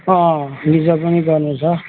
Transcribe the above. अँ अँ गिजर पनि जोड्नु छ